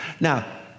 Now